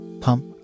pump